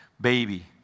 baby